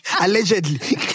Allegedly